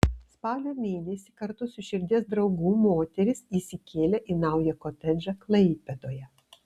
spalio mėnesį kartu su širdies draugu moteris įsikėlė į naują kotedžą klaipėdoje